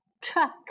truck